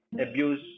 abuse